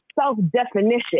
self-definition